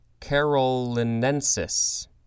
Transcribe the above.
carolinensis